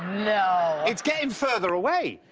no. it's getting further away.